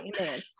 Amen